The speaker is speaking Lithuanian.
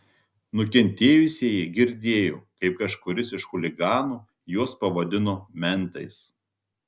nukentėjusieji girdėjo kaip kažkuris iš chuliganų juos pavadino mentais